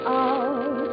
out